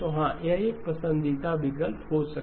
तो हाँ यह एक पसंदीदा विकल्प होगा